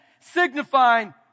signifying